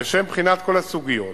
לשם בחינת כל הסוגיות